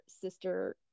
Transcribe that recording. sister